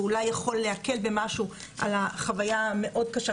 ואולי יכול להקל במשהו על החוויה המאוד קשה,